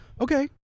Okay